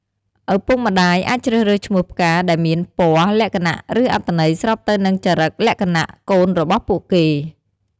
ឪពុកម្តាយ អាចជ្រើសរើសឈ្មោះផ្កាដែលមាន ពណ៌ លក្ខណៈ ឬអត្ថន័យ ស្របទៅនឹងចរិក លក្ខណៈ កូនរបស់ពួកគេ។